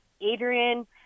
Adrian –